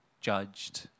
judged